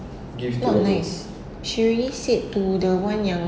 not nice she already said to the one yang